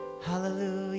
Hallelujah